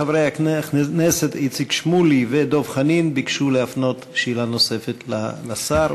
חברי הכנסת איציק שמולי ודב חנין ביקשו להפנות שאלה נוספת לשר,